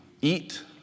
eat